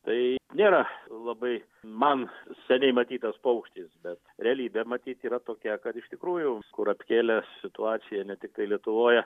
tai nėra labai man seniai matytas paukštis bet realybė matyt yra tokia kad iš tikrųjų kurapkėlės situacija ne tiktai lietuvoje